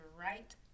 right